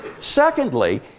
Secondly